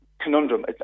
conundrum